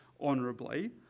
honourably